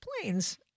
planes